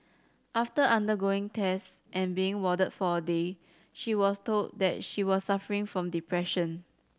after undergoing tests and being warded for a day she was told that she was suffering from depression